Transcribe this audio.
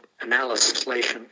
analysis